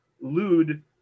Lude